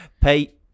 Pay